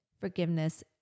forgiveness